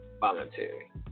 voluntary